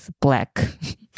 black